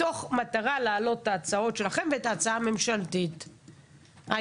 מתוך מטרה להעלות את ההצעות שלכם ואת ההצעה הממשלתית היום.